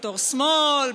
בתור שמאל,